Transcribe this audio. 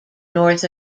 north